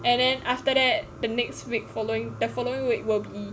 and then after that the next week following the following week will be